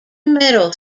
middle